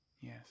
Yes